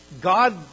God